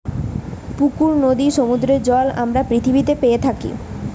পুকুর, নদীর, সমুদ্রের জল আমরা পৃথিবীতে পেয়ে থাকি